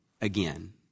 again